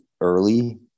early